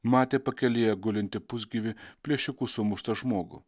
matė pakelėje gulintį pusgyvį plėšikų sumuštą žmogų